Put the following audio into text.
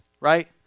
right